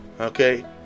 okay